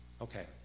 Okay